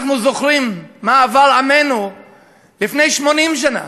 אנחנו זוכרים מה עבר עמנו לפני 80 שנה,